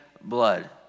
blood